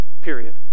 period